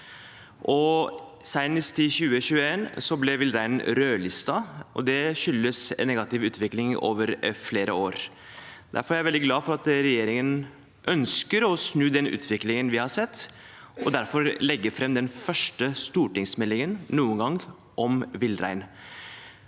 Senest i 2021 ble villreinen rødlistet, og det skyldes en negativ utvikling over flere år. Derfor er jeg veldig glad for at regjeringen ønsker å snu den utviklingen vi har sett, og legger fram den første stortingsmeldingen noen